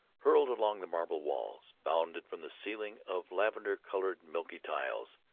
hurtled along the marble walls, bounded from the ceiling of lavender-bordered milky tiles,